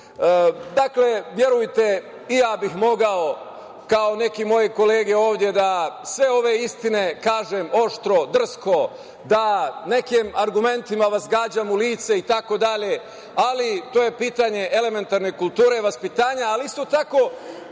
glasove, verujte i ja bih mogao, kao neke moje kolege ovde da sve ove istine kažem oštro, drsko, da vas nekim argumentima gađam u lice, ali to je pitanje elementarne kulture i vaspitanja, ali isto je tako